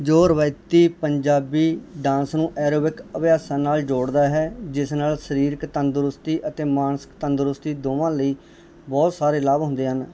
ਜੋ ਰਵਾਇਤੀ ਪੰਜਾਬੀ ਡਾਂਸ ਨੂੰ ਐਰੋਬਿਕ ਅਭਿਆਸਾਂ ਨਾਲ ਜੋੜਦਾ ਹੈ ਜਿਸ ਨਾਲ ਸਰੀਰਕ ਤੰਦਰੁਸਤੀ ਅਤੇ ਮਾਨਸਿਕ ਤੰਦਰੁਸਤੀ ਦੋਵਾਂ ਲਈ ਬਹੁਤ ਸਾਰੇ ਲਾਭ ਹੁੰਦੇ ਹਨ